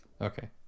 Okay